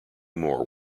more